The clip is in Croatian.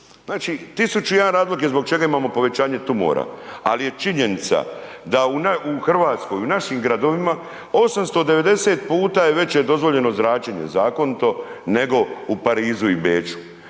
Znači 1001 razlog je zbog čega imamo povećanje tumora, ali je činjenica, da u Hrvatskoj, u našim gradovima, 890 puta je veće dozvoljeno zračenje, zakonito, nego u Parizu i Beču.